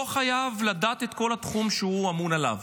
חייב לדעת את כל התחום שהוא אמון עליו.